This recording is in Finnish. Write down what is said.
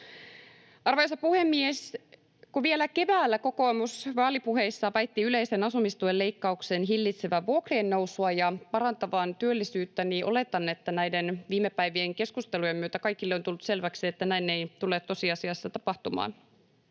Arvoisa puhemies! Kun vielä keväällä kokoomus vaalipuheissa väitti yleisen asumistuen leikkauksen hillitsevän vuokrien nousua ja parantavan työllisyyttä, niin oletan, että näiden viime päivien keskustelujen myötä kaikille on tullut selväksi, että näin ei tule tosiasiassa tapahtumaan.